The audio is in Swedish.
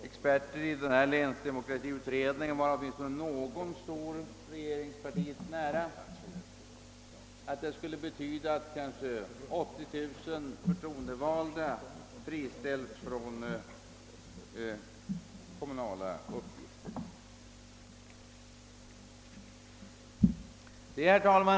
Experter i länsdemokratiutredningen, varav åtminstone någon står regeringspartiet nära, har räknat ut att resultatet skulle bli att kanske 80000 förtroendevalda friställs från kommunala uppgifter. Herr talman!